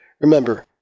remember